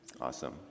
Awesome